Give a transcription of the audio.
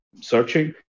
searching